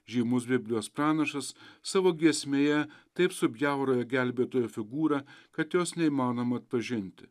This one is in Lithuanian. žymus biblijos pranašas savo giesmėje taip subjaurojo gelbėtojo figūrą kad jos neįmanoma atpažinti